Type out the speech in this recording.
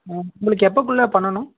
ma'am உங்களுக்கு எப்போக்குள்ள பண்ணனும்